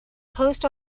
post